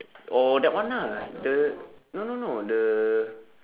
oh that one lah the no no no the